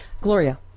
Gloria